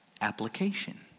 Application